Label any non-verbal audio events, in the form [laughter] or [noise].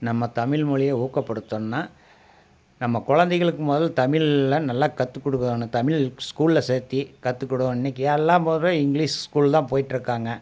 நம்ம தமிழ்மொழியை ஊக்கப்படுத்தணும்ன்னா நம்ம குழந்தைகளுக்கு முதல்ல தமிழ்லாம் நல்லா கத்துக்குடுக்கணும் தமிழ் ஸ்கூல்ல சேத்து கத்துக்கொடுக்கணும் இன்னைக்கி எல்லாம் [unintelligible] இங்கிலீஷ் ஸ்கூல் தான் போயிட்டிருக்காங்க